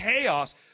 chaos